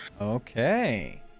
Okay